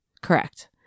Correct